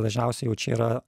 dažniausiai jau čia yra